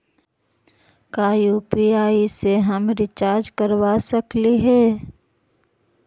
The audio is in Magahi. का यु.पी.आई से हम रिचार्ज करवा सकली हे?